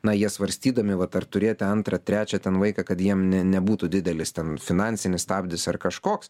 na jie svarstydami va per turėti antrą trečią ten vaiką kad jiems ne nebūtų didelis ten finansinis stabdis ar kažkoks